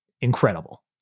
incredible